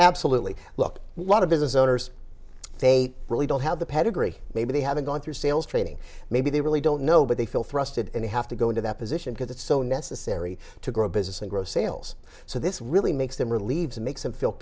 absolutely look lot of business owners they really don't have the pedigree maybe they haven't gone through sales training maybe they really don't know but they feel thrusted and they have to go into that position because it's so necessary to grow business and grow sales so this really makes them relieves makes them feel